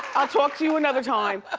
i'll talk to you another time,